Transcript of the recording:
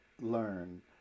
learn